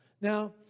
Now